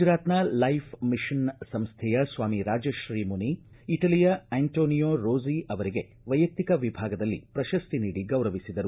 ಗುಜರಾತ್ನ life mission ಸಂಸ್ಥೆಯ ಸ್ವಾಮಿ ರಾಜಶ್ರೀ ಮುನಿ ಇಟಲಿಯ ಅಂಟೋನಿಯಾ ರೋಜಿ ಅವರಿಗೆ ವೈಯಕ್ತಿಕ ವಿಭಾಗದಲ್ಲಿ ಪ್ರಕಸ್ತಿ ನೀಡಿ ಗೌರವಿಸಿದರು